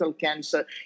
cancer